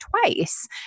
twice